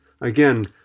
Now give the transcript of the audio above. Again